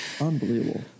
Unbelievable